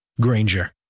Granger